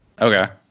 Okay